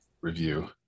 review